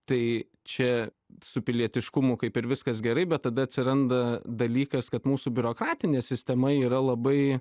tai čia su pilietiškumu kaip ir viskas gerai bet tada atsiranda dalykas kad mūsų biurokratinė sistema yra labai